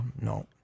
No